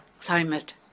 climate